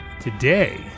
today